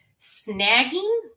snagging